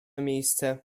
miejsce